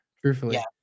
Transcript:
truthfully